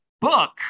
book